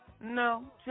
No